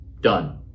Done